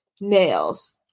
nails